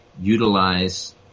Utilize